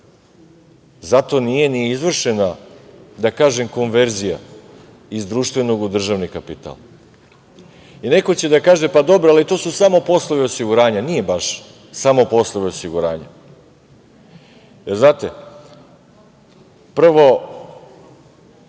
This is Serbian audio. zato nije ni izvršena, da kažem, konverzija, iz društvenog u državni kapital. Neko će da kaže, pa, dobro, to su samo poslovi osiguranja, nije baš samo poslovi osiguranja. Znate, prvo,